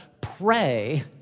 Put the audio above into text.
pray